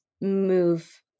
move